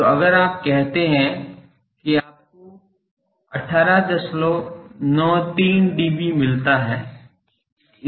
तो अगर आप कहते हैं कि आपको 1893 dB मिलता है